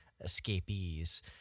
escapees